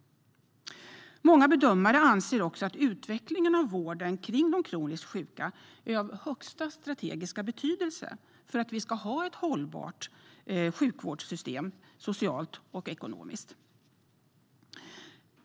Många bedömare anser att utvecklingen av vården kring de kroniskt sjuka är av högsta strategiska betydelse för att vi ska ha ett socialt och ekonomiskt hållbart sjukvårdssystem.